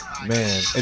Man